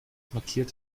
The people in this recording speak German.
markiert